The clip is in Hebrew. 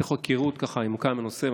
מתוך היכרות ככה ממוקם הנושא,